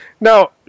Now